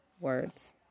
words